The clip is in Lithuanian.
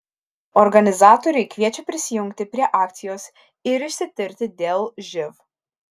organizatoriai kviečia prisijungti prie akcijos ir išsitirti dėl živ